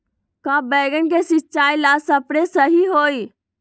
का बैगन के सिचाई ला सप्रे सही होई?